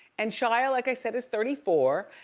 and shia like i said is thirty four.